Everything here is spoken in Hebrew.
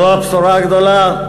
זו הבשורה הגדולה?